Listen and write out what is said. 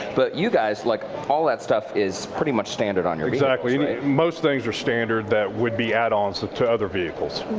but you guys like all that stuff is pretty much standard on your vehicles. exactly. most things are standard that would be add-ons to to other vehicles.